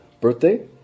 birthday